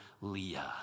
Leah